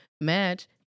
match